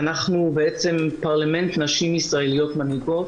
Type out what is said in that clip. ואנחנו פרלמנט נשים ישראליות מנהיגות,